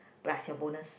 plus your bonus